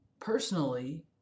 personally